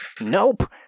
Nope